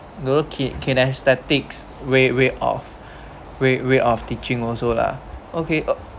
you know kine~ kinaesthetic way way of way way of teaching also lah okay